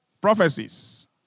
prophecies